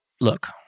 look